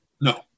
No